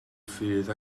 ffydd